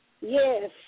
Yes